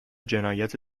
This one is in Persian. جنایت